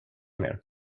mer